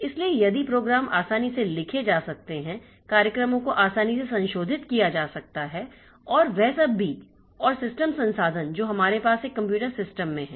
इसलिए यदि प्रोग्राम आसानी से लिखे जा सकते हैं कार्यक्रमों को आसानी से संशोधित किया जा सकता है और वह सब भी और सिस्टम संसाधन जो हमारे पास एक कंप्यूटर सिस्टम में हैं